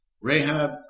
Rahab